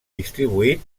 distribuït